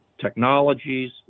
technologies